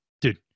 dude